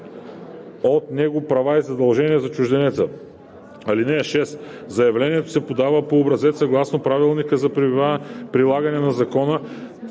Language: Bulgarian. от него права и задължения за чужденеца. (5) Заявлението се подава по образец съгласно правилника за прилагане на закона,